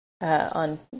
on